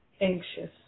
anxious